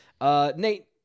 Nate